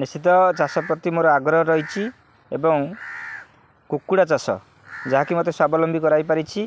ନିଶ୍ଚିତ ଚାଷ ପ୍ରତି ମୋର ଆଗ୍ରହ ରହିଛି ଏବଂ କୁକୁଡ଼ା ଚାଷ ଯାହାକି ମତେ ସ୍ୱାବଲମ୍ବୀ କରାଇ ପାରିଛି